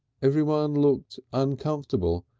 everyone looked uncomfortable,